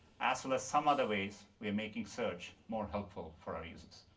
as well as some other ways we're making search more helpful for our users.